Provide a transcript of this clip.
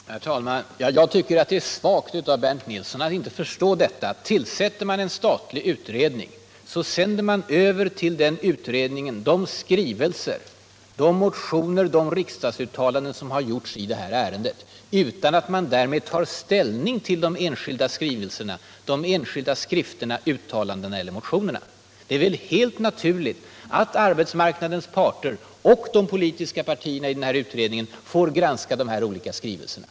Herr talman! Jag tycker att det är svagt av Bernt Nilsson att inte förstå att tillsätter man en statlig utredning, så sänder man över till den utredningen de skrivelser, motioner och riksdagsuttalanden som gjorts i ärendet. Därmed tar man inte ställning till de enskilda skrivelserna, motionerna eller uttalandena. Det är väl helt naturligt att arbetsmarknadens parter och de olika partierna i utredningen får granska de här olika skrivelserna.